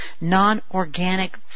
non-organic